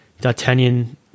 D'Artagnan